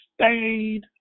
stayed